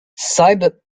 cyber